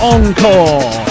Encore